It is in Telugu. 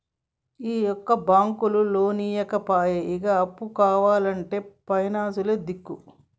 ఈయేడు బాంకులు లోన్లియ్యపాయె, ఇగ అప్పు కావాల్నంటే పైనాన్సులే దిక్కు